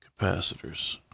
capacitors